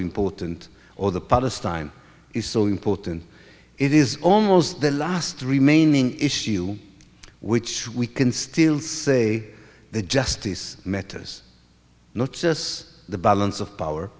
important or the palestine is so important it is almost the last remaining issue which we can still say the justice matters not just the balance of power